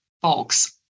folks